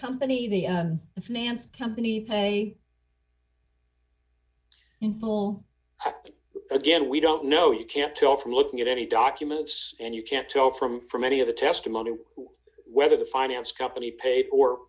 company the end nance company pay in full again we don't know you can't tell from looking at any documents and you can't tell from from any of the testimony whether the finance company paid or